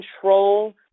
control